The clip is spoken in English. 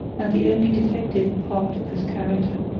and the only defective part of his character.